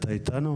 שמעת את הדיון?